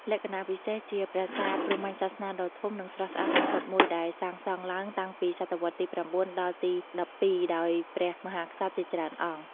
លក្ខណៈពិសេស ជាប្រាសាទព្រហ្មញ្ញសាសនាដ៏ធំ និងស្រស់ស្អាតបំផុតមួយ ដែលសាងសង់ឡើងតាំងពីសតវត្សទី ៩ ដល់ទី ១២ ដោយព្រះមហាក្សត្រជាច្រើនអង្គ។